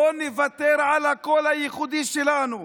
לא נוותר על הקול הייחודי שלנו,